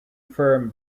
firm